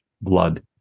blood